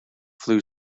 flu